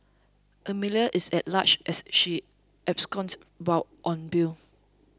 Amelia is at large as she absconded while on bail